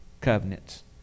covenants